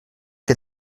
que